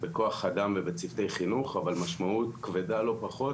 בכוח אדם ובצוותי חינוך, אבל משמעות כבדה לא פחות